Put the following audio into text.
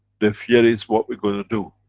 the fear is what we gonna do?